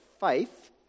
faith